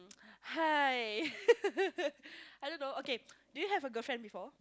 hi I also don't know okay do you have a girlfriend before